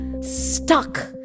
stuck